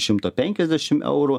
šimto penkiasdešim eurų